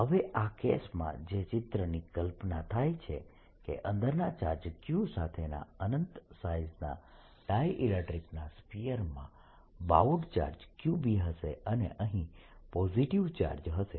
હવે આ કેસમાં જે ચિત્રની કલ્પના થાય છે કે અંદરના ચાર્જ Q સાથેના અનંત સાઈઝના ડાયઈલેક્ટ્રીકના સ્ફીયરમાં બાઉન્ડ ચાર્જ Qb હશે અને અહીં પોઝિટીવ ચાર્જ હશે